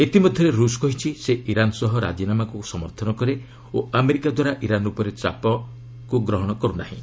ଇତିମଧ୍ୟରେ ରୁଷ କହିଛି ସେ ଇରାନ୍ ସହ ରାଜୀନାମାକୁ ସମର୍ଥନ କରେ ଓ ଆମେରିକା ଦ୍ୱାରା ଇରାନ୍ ଉପରେ ଚାପକୁ ଗ୍ରହଣ କରୁନାହିଁ